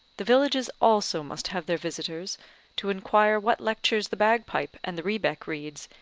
the villages also must have their visitors to inquire what lectures the bagpipe and the rebeck reads,